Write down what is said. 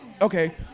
Okay